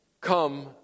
Come